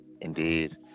Indeed